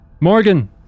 Morgan